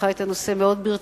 שלקחה את הנושא מאוד ברצינות,